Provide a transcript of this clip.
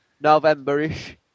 November-ish